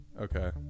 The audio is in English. Okay